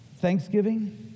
thanksgiving